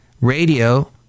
radio